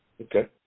Okay